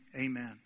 amen